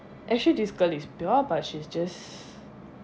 actually this girl is pure but she's just